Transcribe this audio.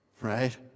Right